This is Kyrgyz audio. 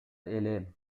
элем